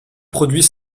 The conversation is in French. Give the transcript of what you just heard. produit